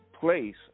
place